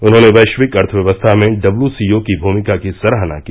उन्होंने वैश्विक अर्थव्यवस्था में डब्ल्यू सी ओ की भूमिका की सराहना की